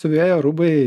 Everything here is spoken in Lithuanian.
siuvėjo rūbai